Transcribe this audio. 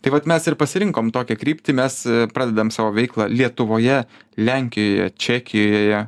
tai vat mes ir pasirinkom tokią kryptį mes pradedam savo veiklą lietuvoje lenkijoje čekijoje